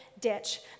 ditch